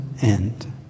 end